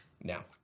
Now